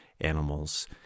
animals